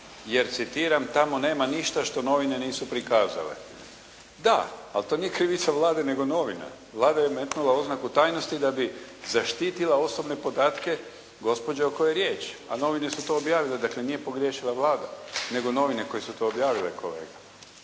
jer, citiram, "tamo nema ništa što novine nisu prikazale". Da, ali to nije krivica Vlade, nego novina. Vlada je metnula oznaku tajnosti da bi zaštitila osobne podatke gospođe o kojoj je riječ, a novine su to objavile, dakle nije pogriješila Vlada, nego novine koje su to objavile, kolega.